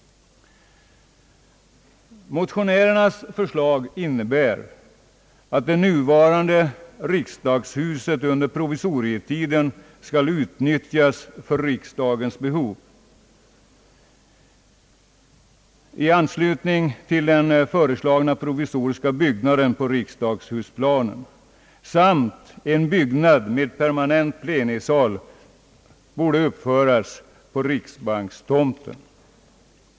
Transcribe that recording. Motionärernas förslag innebär att det nuvarande riksdagshuset under provisorietiden skall utnyttjas för riksdagens behov i anslutning till den föreslagna provisoriska byggnaden på riksdagshusplanen samt att en byggnad med permanent plenisal borde uppföras på riksbankstomten.